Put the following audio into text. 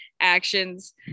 actions